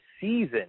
season